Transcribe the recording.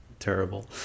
terrible